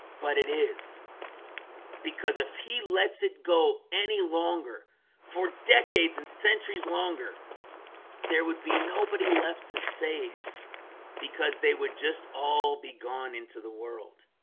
but it is because if he lets it go any longer for decades and centuries longer there would be nobody left to save because they would just all be gone into the world